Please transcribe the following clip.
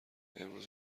امروز